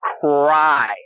cry